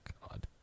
God